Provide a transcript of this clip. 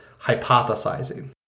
hypothesizing